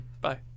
Bye